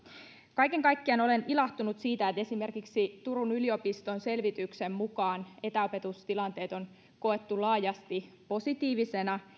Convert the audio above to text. kaiken kaikkiaan olen ilahtunut siitä että esimerkiksi turun yliopiston selvityksen mukaan etäopetustilanteet on koettu laajasti positiivisina